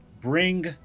Bring